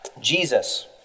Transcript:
Jesus